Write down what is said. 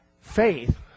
Faith